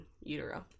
utero